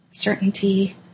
Certainty